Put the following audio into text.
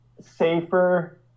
safer